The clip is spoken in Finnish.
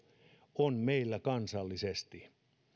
on meillä kansallisesti